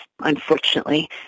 unfortunately